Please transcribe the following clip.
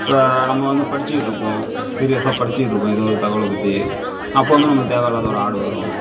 இப்போ நம்ம வந்து படிச்சுக்கிட்டு இருப்போம் சீரியசாக படிச்சுகிட்டு இருப்போம் ஏதோ ஒரு தகவலை பற்றி அப்போ வந்து நம்மளுக்கு தேவையில்லாத ஒரு ஆட் வரும்